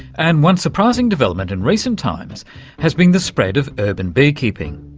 and one surprising development in recent times has been the spread of urban bee-keeping.